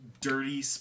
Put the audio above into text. dirty